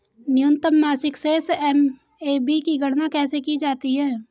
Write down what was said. न्यूनतम मासिक शेष एम.ए.बी की गणना कैसे की जाती है?